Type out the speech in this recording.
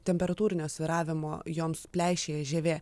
temperatūrinio svyravimo joms pleišėja žievė